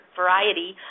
variety